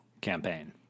campaign